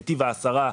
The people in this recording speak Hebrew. נתיב העשרה,